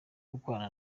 gukorana